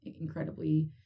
incredibly